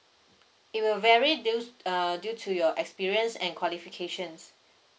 it will vary due err due to your experience and qualifications